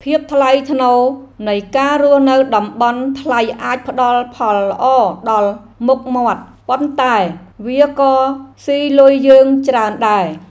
ភាពថ្លៃថ្នូរនៃការរស់នៅតំបន់ថ្លៃអាចផ្តល់ផលល្អដល់មុខមាត់ ប៉ុន្តែវាក៏ស៊ីលុយយើងច្រើនដែរ។